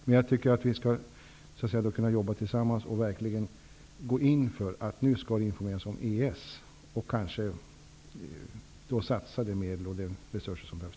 Men jag tycker att vi skall jobba tillsammans och verkligen gå in för arbetet med att informera om EES och väl också för att satsa de medel som behövs.